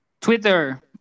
Twitter